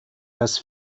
das